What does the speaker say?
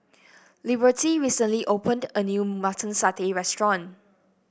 Liberty recently opened a new Mutton Satay restaurant